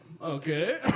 Okay